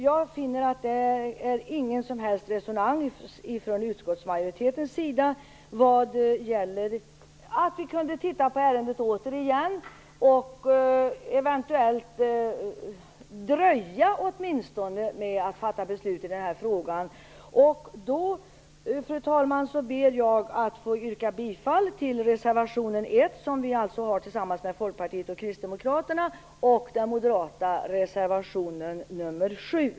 Jag finner att det hos utskottsmajoriteten inte finns någon som helst resonans för tanken att återigen titta på ärendet och eventuellt åtminstone dröja med att fatta beslut i frågan. Jag ber då, fru talman, att få yrka bifall till reservation nr 1, som vi har tillsammans med Folkpartiet och Kristdemokraterna, och till den moderata reservationen nr 7.